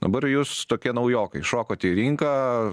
dabar jūs tokie naujokai šokot į rinką